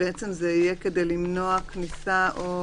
(1)למנוע כניסה של אדם או רכב לאזור המוגבל, או